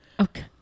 okay